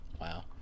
Wow